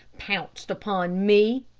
pounced upon me.